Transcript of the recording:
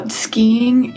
skiing